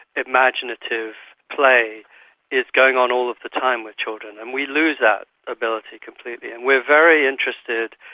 imaginative play is going on all the time with children. and we lose that ability completely. and we are very interested,